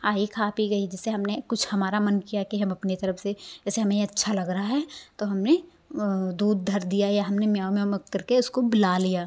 आई खा पी गई जैसे हमने कुछ हमारा मन किया कि हम अपनी तरफ़ से जैसे हमें ये अच्छा लग रहा है तो हमने दूध धर दिया या हमने म्याऊँ म्याऊँ करके उसको बुला लिया